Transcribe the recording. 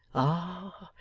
ah!